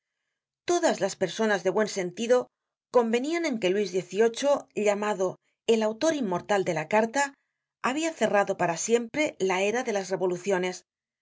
todas las personas de buen sentido convenian en que luis xviii llamado el autor inmortal de la carta habia cerrado para siempre la era de las revoluciones